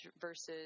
versus